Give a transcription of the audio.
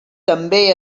també